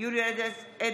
יולי יואל אדלשטיין,